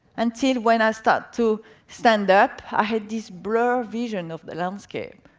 until when i start to stand up, i had this blurred vision of the landscape.